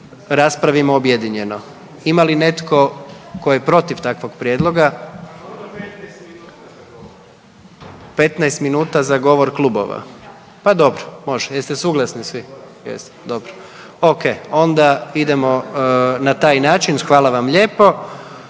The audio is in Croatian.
raspravimo objedinjeno. Ima li netko tko je protiv takvog prijedloga? …/Upadica: Ne razumije se./… 15 minuta za govor klubova, pa dobro, može. Jeste suglasni svi? Jeste, dobro. Ok, onda idemo na taj način, hvala vam lijepo.